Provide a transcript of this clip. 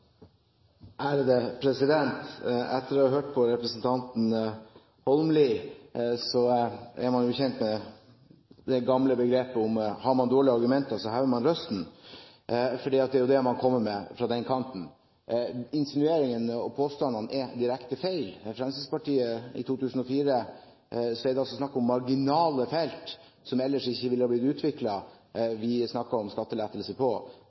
på representanten Holmelid, ble jeg minnet om den gamle, kjente merknaden: Har man dårlige argumenter, hever man røsten. Det er jo det man kommer med fra den kanten. Insinueringen og påstandene er direkte feil. For Fremskrittspartiet i 2004 var det marginale felt som ellers ikke ville blitt utviklet, vi snakket om skattelettelse på,